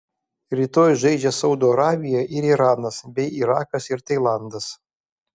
rytoj žaidžia saudo arabija ir iranas bei irakas ir tailandas